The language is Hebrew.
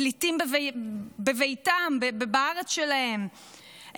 פליטים בביתם ובארץ שלהם,